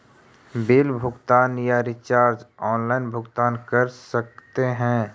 Bill भुगतान या recharge online भुगतान कर सकते हैं?